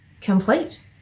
complete